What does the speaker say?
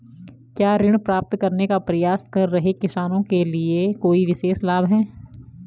क्या ऋण प्राप्त करने का प्रयास कर रहे किसानों के लिए कोई विशेष लाभ हैं?